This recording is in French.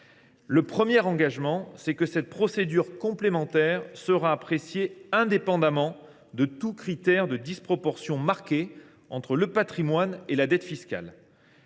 Premièrement, cette procédure complémentaire sera appréciée indépendamment de tout critère de disproportion marquée entre le patrimoine et la dette fiscale,